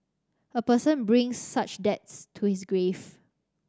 a person brings such debts to his grave